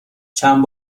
چند